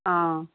অঁ